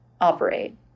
operate